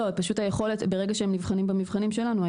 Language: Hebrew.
ברגע שהם נבחנים במבחנים שלנו,